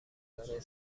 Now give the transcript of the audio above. برای